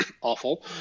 awful